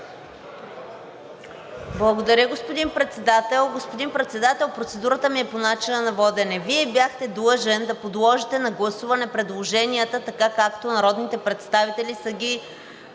Благодаря, господин Председател. Господин Председател, процедурата ми е по начина на водене. Вие бяхте длъжен да подложите на гласуване предложенията, така както народните представители са ги